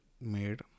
made